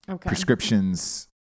prescriptions